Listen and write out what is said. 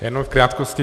Jenom v krátkosti.